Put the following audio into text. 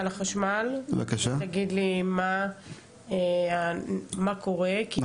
מה קורה מבחינת החשמל?